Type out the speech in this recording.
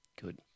Good